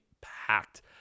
packed